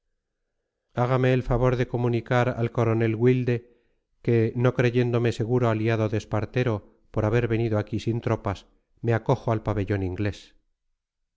hágame el favor de comunicar al coronel wilde que no creyéndome seguro aliado de espartero por haber venido aquí sin tropas me acojo al pabellón inglés